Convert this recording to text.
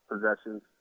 possessions